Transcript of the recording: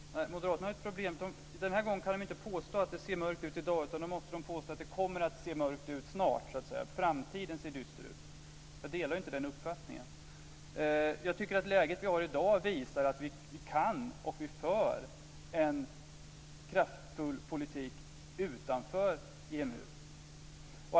Herr talman! Moderaterna har ett problem. Den här gången kan de inte påstå att det ser mörkt ut i dag, utan de måste påstå att det kommer att se mörkt ut snart - att framtiden ser dyster ut. Jag delar inte den uppfattningen. Jag tycker att läget vi har i dag visar att vi kan föra, och att vi för, en kraftfull politik utanför EMU.